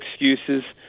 excuses